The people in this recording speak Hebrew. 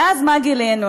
ואז, מה גילינו?